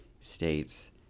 states